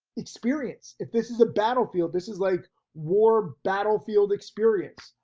experience. if this is a battlefield, this is like war battlefield experience.